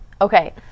okay